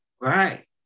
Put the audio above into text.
Right